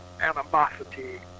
animosity